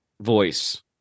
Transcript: voice